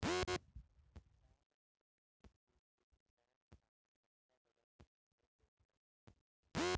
सैन्य क्षेत्र में जरूरी सुदृढ़ीकरन खातिर रक्षा बजट के पहिले जरूरत होला